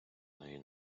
нові